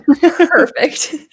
Perfect